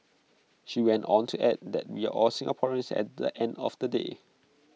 she went on to add that we are all Singaporeans at the end of the day